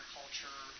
culture